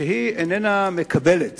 שאיננה מקבלת